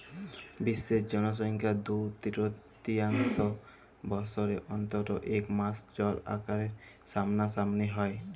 বিশ্বের জলসংখ্যার দু তিরতীয়াংশ বসরে অল্তত ইক মাস জল আকালের সামলাসামলি হ্যয়